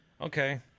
okay